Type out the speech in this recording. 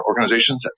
organizations